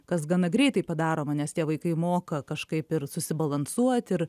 kas gana greitai padaroma nes tie vaikai moka kažkaip ir susibalansuot ir